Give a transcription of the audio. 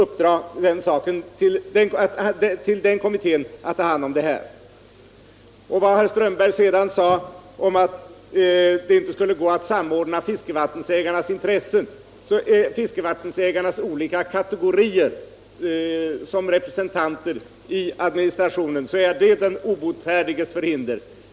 Vad sedan gäller herr Strömbergs påstående att det inte skulle gå att samordna fiskevattensägarnas olika kategorier och utse representanter i administrationen är det den obotfärdiges förhinder.